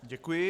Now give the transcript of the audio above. Děkuji.